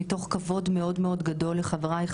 מתוך כבוד מאוד גדול לחבריי,